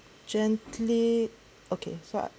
gently okay so I